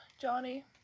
Johnny